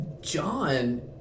John